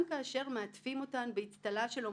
חוקים חדשים אלא גם מילים חדשות משילות,